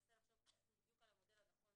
וננסה לחשוב בדיוק על המודל הנכון